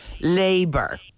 Labour